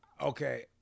okay